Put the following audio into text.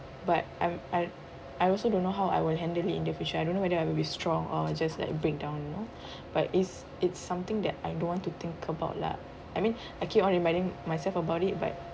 but I I I also don't know how I will handle it in the future I don't know whether I will be strong or just like breakdown you know but is it's something that I don't want to think about lah I mean I keep on reminding myself about it but